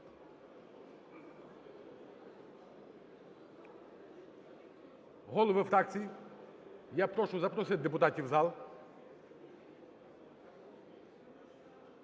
Голови фракцій, я прошу запросити депутатів в зал.